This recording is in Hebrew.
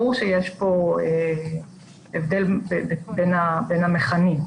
ברור שיש פה הבדל בין המכנים.